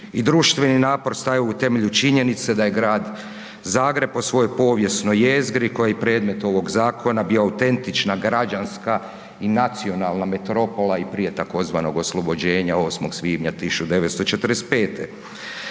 i društveni napor stajao u temelju činjenice da je Grad Zagreb po svojoj povijesnoj jezgri koji je predmet ovoga zakona bio autentična građanska i nacionalna metropola i prije tzv. oslobođenja 8. svibnja '45.